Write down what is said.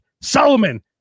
Solomon